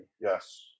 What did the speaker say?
Yes